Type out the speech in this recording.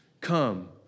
come